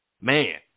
Man